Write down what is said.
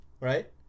right